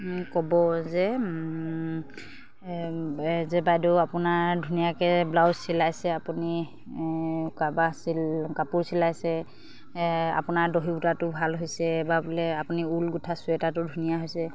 ক'ব যে যে বাইদেউ আপোনাৰ ধুনীয়াকৈ ব্লাউজ চিলাইছে আপুনি কাৰোবাৰ কাপোৰ চিলাইছে আপোনাৰ দহি গোঁঠাটো ভাল হৈছে বা বোলে আপুনি ঊল গোঁঠা চুৱেটাৰটো ধুনীয়া হৈছে